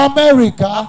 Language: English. America